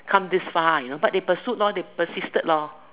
come this far but they pursuit lor they persisted lor